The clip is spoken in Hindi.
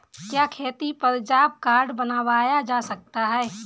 क्या खेती पर जॉब कार्ड बनवाया जा सकता है?